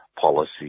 Policy